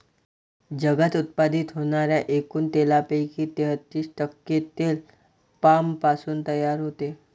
जगात उत्पादित होणाऱ्या एकूण तेलापैकी तेहतीस टक्के तेल पामपासून तयार होते